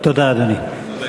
תודה, אדוני.